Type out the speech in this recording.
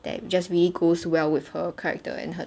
that just really goes well with her character and her